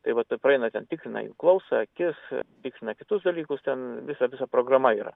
tai vat ir praeina ten tikrina jų klausą akis tikrina kitus dalykus ten visa visa programa yra